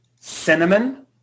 cinnamon